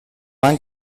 han